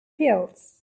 pills